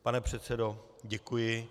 Pane předsedo, děkuji.